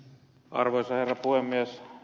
arvoisa herra puhemies